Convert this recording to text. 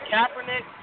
Kaepernick